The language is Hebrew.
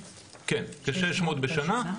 כ-600 בשנה,